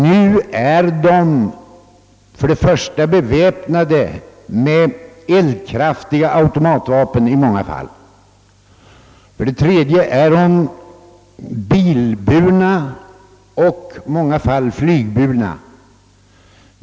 Nu är brottslingarna för det första beväpnade, i många fall med eldkraftiga automatvapen, och för det andra biloch ofta flygburna.